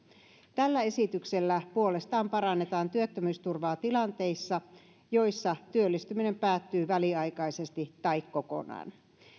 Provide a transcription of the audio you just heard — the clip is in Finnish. tällä esityksellä puolestaan parannetaan työttömyysturvaa tilanteissa joissa työllistyminen päättyy väliaikaisesti tai kokonaan